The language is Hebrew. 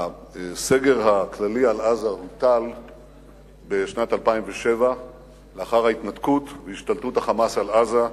הסגר הכללי על עזה הוטל בשנת 2007. לאחר ההתנתקות והשתלטות ה"חמאס" על עזה,